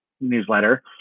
newsletter